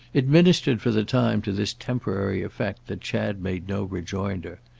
it ministered for the time to this temporary effect that chad made no rejoinder.